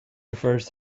refers